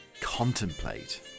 contemplate